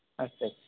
আচ্ছা আচ্ছা